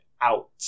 out